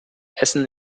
essen